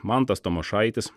mantas tamošaitis